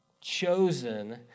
chosen